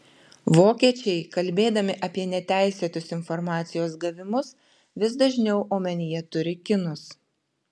vokiečiai kalbėdami apie neteisėtus informacijos gavimus vis dažniau omenyje turi kinus